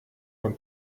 von